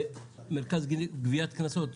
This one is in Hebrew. מרכז גביית קנסות,